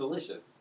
Delicious